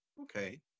Okay